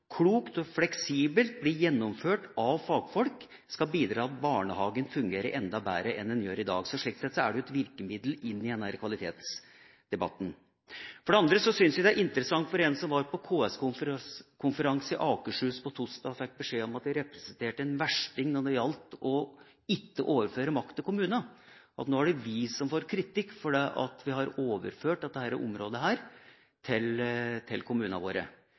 klokt og fleksibelt blir gjennomført av fagfolk, og som skal bidra til at barnehagen fungerer enda bedre enn den gjør i dag. Slik sett er det et virkemiddel inn i kvalitetsdebatten. For det andre syns jeg det var interessant for en som var på KS-konferanse i Akershus på torsdag og fikk beskjed om at jeg representerte en versting når det gjaldt ikke å overføre makt til kommunene, at det nå er vi som får kritikk for at vi har overført dette området til kommunene våre. Det er jo sjølsagt slik her som det er